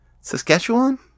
Saskatchewan